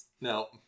No